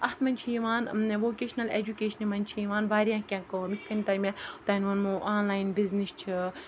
اَتھ منٛز چھِ یِوان ووکیشنَل ایجوکیشَنہِ منٛز چھِ یِوان واریاہ کینٛہہ کٲم یِتھ کَنۍ تۄہہِ مےٚ اوٚتام ووٚنمو آنلاین بِزنِس چھِ